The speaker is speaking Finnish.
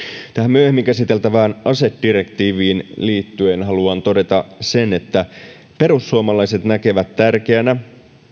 myöhemmin käsiteltävään asedirektiiviin liittyen haluan todeta sen että perussuomalaiset näkevät tärkeänä